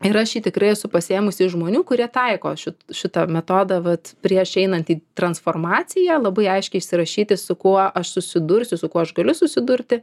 ir aš jį tikrai esu pasiėmusi iš žmonių kurie taiko šį šitą metodą vat prieš einant į transformaciją labai aiškiai išsirašyti su kuo aš susidursiu su kuo aš galiu susidurti